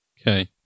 Okay